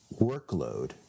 workload